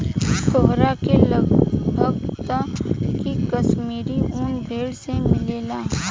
तोहरा का लागऽता की काश्मीरी उन भेड़ से मिलेला